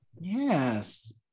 Yes